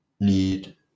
need